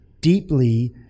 deeply